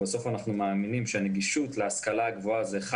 בסוף אנחנו מאמינים שהנגישות להשכלה גבוהה היא אחד